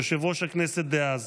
יושב-ראש הכנסת דאז,